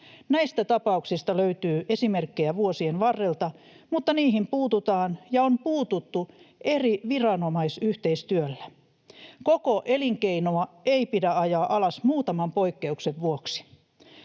Näistä tapauksista löytyy esimerkkejä vuosien varrelta, mutta niihin puututaan ja on puututtu eri viranomaisten yhteistyöllä. Koko elinkeinoa ei pidä ajaa alas muutaman poikkeuksen vuoksi.